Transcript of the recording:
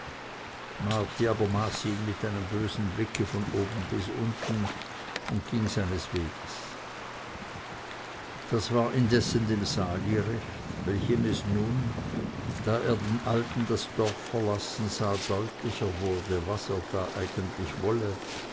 ihn mit einem bösen blicke von oben bis unten und ging seines weges das war indessen dem sali recht welchem es nun da er den alten das dorf verlassen sah deutlicher wurde was er eigentlich da wolle